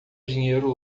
dinheiro